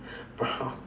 brown